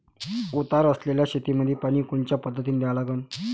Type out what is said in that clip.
उतार असलेल्या शेतामंदी पानी कोनच्या पद्धतीने द्या लागन?